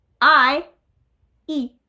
I-E